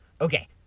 Okay